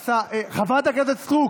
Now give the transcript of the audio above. חברת הכנסת סטרוק,